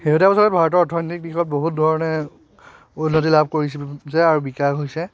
শেহতীয়া বছৰত ভাৰতৰ অৰ্থনৈতিক দিশত বহুত ধৰণে উন্নতি লাভ কৰিছে আৰু বিকাশ হৈছে